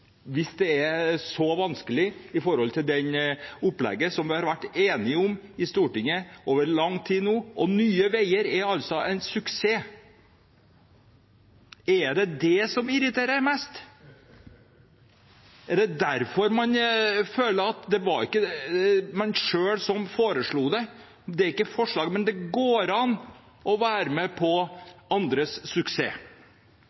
hvis det er så vanskelig med det opplegget vi har vært enige om i Stortinget i lang tid nå. Nye Veier er en suksess. Er det det som irriterer mest? Det var ikke en selv som foreslo det, men det går an å være med